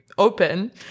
Open